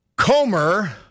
Comer